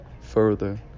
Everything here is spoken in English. further